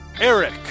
Eric